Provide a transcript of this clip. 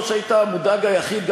לא שהיית המודאג היחיד,